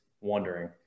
wondering